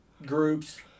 Groups